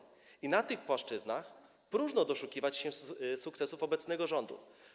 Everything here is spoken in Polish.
I na tych płaszczyznach próżno doszukiwać się sukcesów obecnego rządu.